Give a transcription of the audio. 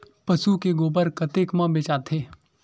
पशु के गोबर कतेक म बेचाथे?